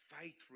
faith